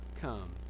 come